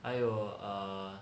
还有 err